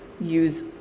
use